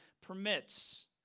permits